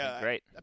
great